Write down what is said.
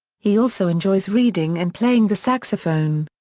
he also enjoys reading and playing the saxophone.